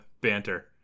banter